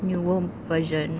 newer version